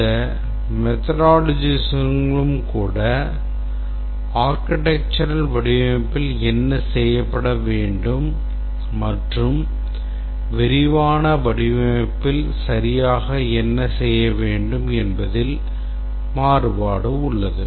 இந்த methodologiesகளிலும் கூட architectural வடிவமைப்பில் என்ன செய்யப்பட வேண்டும் மற்றும் விரிவான வடிவமைப்பில் சரியாக என்ன செய்ய வேண்டும் என்பதில் மாறுபாடு உள்ளது